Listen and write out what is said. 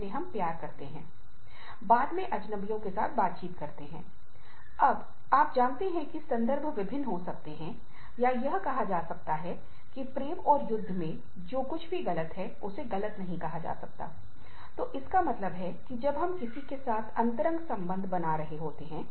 परिवार के सदस्यों के साथ साथ बच्चे के साथ जुड़ सकते हैं और वे एक साथ दोपहर का भोजन कर सकते हैं और वापसी के समय सभी एक साथ आ सकते हैं